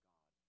God